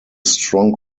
strong